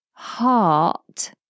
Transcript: Heart